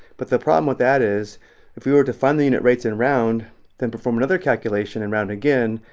but the problem with that is if we were to find the unit rates and round then perform another calculation and round again,